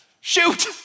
Shoot